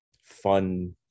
fun